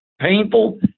painful